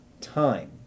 time